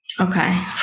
Okay